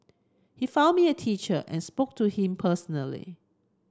he found me a teacher and spoke to him personally